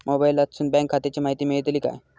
मोबाईलातसून बँक खात्याची माहिती मेळतली काय?